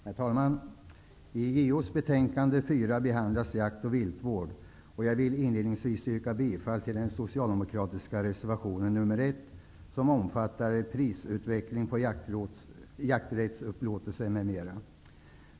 Herr talman! I jordbruksutskottets betänkande 4 behandlas jakt och viltvård. Jag vill inledningsvis yrka bifall till den socialdemokratiska reservationen nr 1, som handlar om prisutvecklingen på jakträttsupplåtelse m.m.